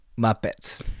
Muppets